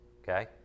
okay